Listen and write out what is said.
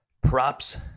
Props